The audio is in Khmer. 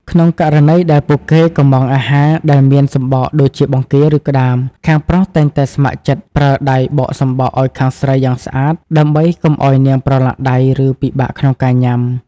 ក្នុងករណីដែលពួកគេកុម្ម៉ង់អាហារដែលមានសំបកដូចជាបង្គា ឬក្ដាម ខាងប្រុសតែងតែស្ម័គ្រចិត្តប្រើដៃបកសំបកឱ្យខាងស្រីយ៉ាងស្អាត ដើម្បីកុំឱ្យនាងប្រឡាក់ដៃ ឬពិបាកក្នុងការញ៉ាំ។